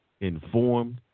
informed